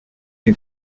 que